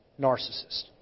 narcissist